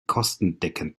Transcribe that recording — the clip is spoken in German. kostendeckend